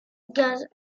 gaz